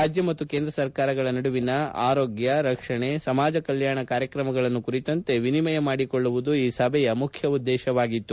ರಾಜ್ಞ ಮತ್ತು ಕೇಂದ್ರ ಸರ್ಕಾರಗಳ ನಡುವಿನ ಆರೋಗ್ತ ರಕ್ಷಣೆ ಸಮಾಜ ಕಲ್ಪಾಣ ಕಾರ್ಯತ್ರಮಗಳನ್ನು ಕುರಿತಂತೆ ಎನಿಯಮ ಮಾಡಿಕೊಳ್ಳುವುದು ಈ ಸಭೆಯ ಮುಖ್ಯ ಉದ್ವೇಶವಾಗಿತ್ತು